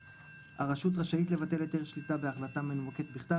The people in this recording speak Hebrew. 11/א'.הרשות רשאית לבטל היתר שליטה בהחלטה מנומקת בכתב